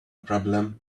problem